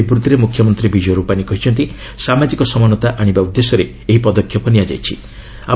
ଏକ ସରକାରୀ ବିବୃତ୍ତିରେ ମୁଖ୍ୟମନ୍ତ୍ରୀ ବିଜୟ ରୂପାନୀ କହିଛନ୍ତି ସାମାଜିକ ସମାନତା ଆଶିବା ଉଦ୍ଦେଶ୍ୟରେ ଏହି ପଦକ୍ଷେପ ନିଆଯାଇଛି